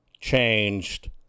changed